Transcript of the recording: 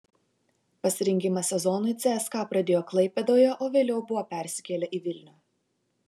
pasirengimą sezonui cska pradėjo klaipėdoje o vėliau buvo persikėlę į vilnių